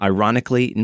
Ironically